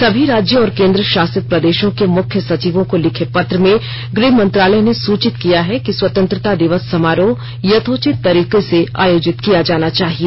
सभी राज्यों और केंद्र शासित प्रदेशों के मुख्य सचिवों को लिखे पत्र में गृह मंत्रालय ने सूचित किया है कि स्वतंत्रता दिवस समारोह यथोचित तरीके से आयोजित किया जाना चाहिए